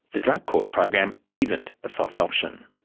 the drug court program isn't a soft option.